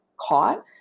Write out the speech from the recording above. caught